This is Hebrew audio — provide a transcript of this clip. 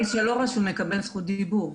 בינתיים מי שלא רשום מקבל פה זכות דיבור.